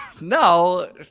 no